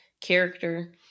character